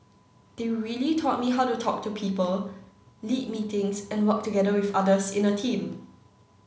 they really taught me how to talk to people lead meetings and work together with others in a team